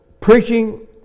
preaching